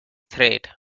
threat